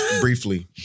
briefly